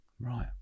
Right